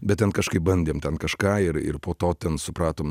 bet ten kažkaip bandėm ten kažką ir ir po to ten supratom